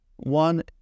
One